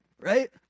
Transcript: right